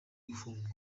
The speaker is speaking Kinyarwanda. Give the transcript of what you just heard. gufungwa